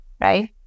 right